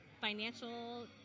financial